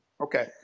okay